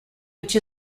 which